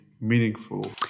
meaningful